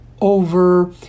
over